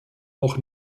auch